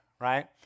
right